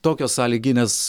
tokios sąlyginės